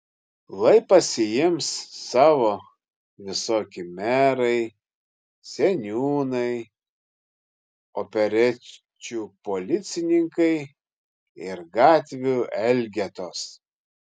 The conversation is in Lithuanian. lai pasiims savo visokie merai seniūnai operečių policininkai ir gatvių elgetos